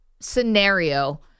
scenario